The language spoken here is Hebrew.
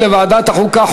לדיון מוקדם בוועדת החוקה,